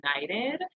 united